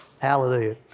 Hallelujah